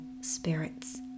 spirits